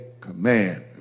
command